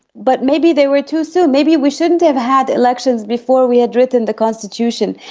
but maybe they were too soon, maybe we shouldn't have had elections before we had written the constitution,